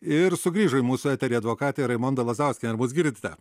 ir sugrįžo į mūsų eterį advokatė raimonda lazauskienė ar mus girdite